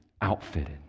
outfitted